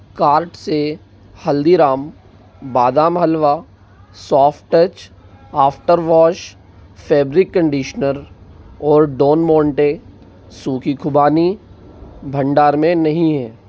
cart से हल्दीराम बादाम हलवा soft touch after wash fabric conditioner और डॉन मोंटे सूखी खुबानी भंडार में नहीं हैं